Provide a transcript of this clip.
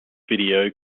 video